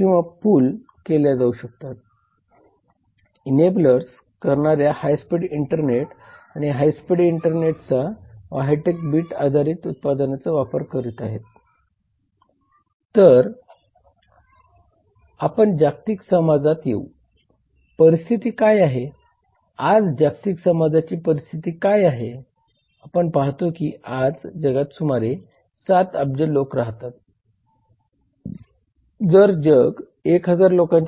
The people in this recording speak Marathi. तर इथे थोडक्यात 0434 व्यवसाय कायद्याचे उद्दिष्ट कंपन्यांना अन्यायकारक स्पर्धेपासून संरक्षण देणे ग्राहकांना अन्यायकारक पद्धतींपासून संरक्षण देणे बेलगाम व्यावसायिक वर्तनापासून समाजाच्या हिताचे रक्षण करणे आणि सामाजिक व्यवसायावर शुल्क